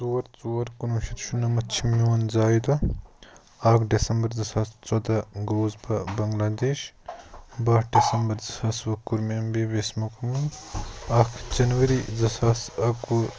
ژور ژور کُنوُہ شتھ شُنَمَتھ چھُ میون زایہِ دۄہ اکھ ڈٮ۪سمبر زٕ ساس ژۄداہ گوٚوُس بہٕ بنگلہ دیش بَہہ ڈٮ۪سمبر زٕ ساس وُہ کوٚر مےٚ اٮ۪م بی بی اٮ۪س مکمل اکھ جنؤری زٕ ساس اَکہٕ وُہ